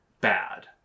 bad